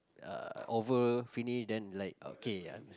uh over finish then like okay